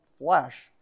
flesh